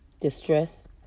distress